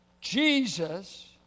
Jesus